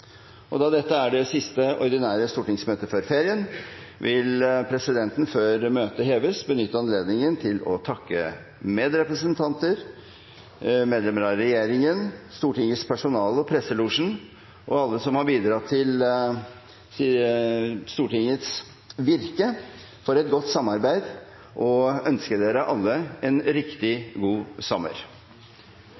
13. Da dette er det siste ordinære stortingsmøtet før ferien, vil presidenten før møtet heves, benytte anledningen til å takke medrepresentanter, medlemmer av regjeringen, Stortingets personale, presselosjen og alle som har bidratt til Stortingets virke, for et godt samarbeid og ønske dere alle en riktig god